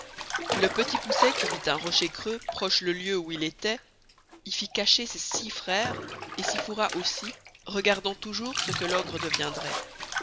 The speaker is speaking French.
le petit poucet qui vit un rocher creux proche le lieu où ils estoient y fit cacher ses six frères et s'y fourra aussi regardant toûjours ce que l'ogre deviendroit